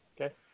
Okay